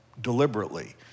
deliberately